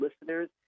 listeners